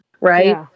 Right